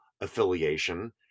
affiliation